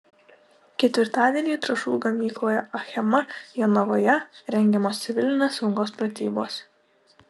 ketvirtadienį trąšų gamykloje achema jonavoje rengiamos civilinės saugos pratybos